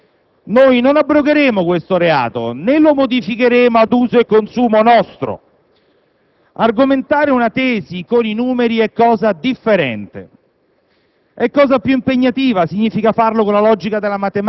che l'opposizione può dormire sonni tranquilli: noi non abrogheremo questo reato, né lo modificheremo ad uso e consumo nostro. Argomentare una tesi con i numeri è cosa differente,